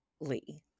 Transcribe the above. Lee